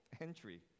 entry